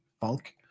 funk